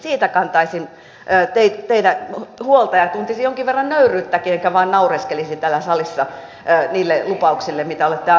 siitä kantaisin teinä huolta ja tuntisin jonkin verran nöyryyttäkin enkä vain naureskelisi täällä salissa niille lupauksille mitä olette antaneet ennen vaaleja